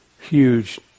huge